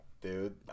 dude